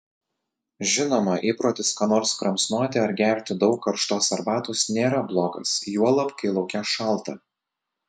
žinoma įprotis ką nors kramsnoti ar gerti daug karštos arbatos nėra blogas juolab kai lauke šalta